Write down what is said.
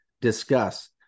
discuss